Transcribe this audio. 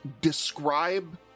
Describe